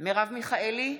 מרב מיכאלי,